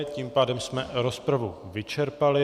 Tím pádem jsme rozpravu vyčerpali.